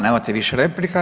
Nemate više replika.